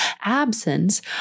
absence